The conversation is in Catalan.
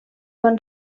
van